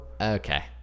Okay